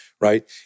right